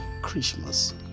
Christmas